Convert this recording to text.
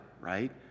right